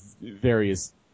various